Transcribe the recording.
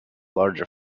larger